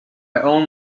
own